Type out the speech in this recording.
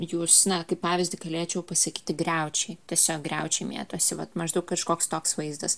jūs na kaip pavyzdį galėčiau pasakyti griaučiai tiesiog griaučiai mėtosi vat maždaug kažkoks toks vaizdas